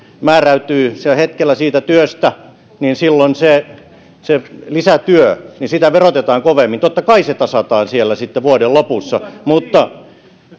määräytyy sillä hetkellä siitä työstä niin silloin sitä lisätyötä verotetaan kovemmin totta kai se tasataan siellä sitten vuoden lopussa mutta